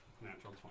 Natural